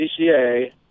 CCA